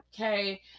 okay